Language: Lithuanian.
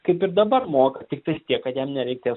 kaip ir dabar moka tiktais tiek kad jam nereikės